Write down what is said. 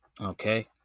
Okay